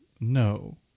no